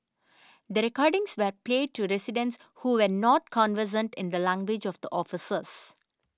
the recordings were play to residents who were not conversant in the language of the officers